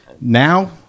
Now